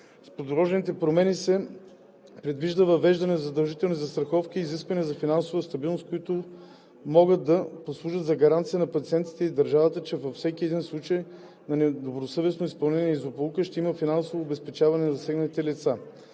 С предложените промени се предвижда въвеждане на задължителни застраховки и изисквания за финансова стабилност, които могат да послужат за гаранция на пациентите и държавата, че във всеки един случай на недобросъвестно изпълнение или злополука ще има финансово обезпечение на засегнатите лица.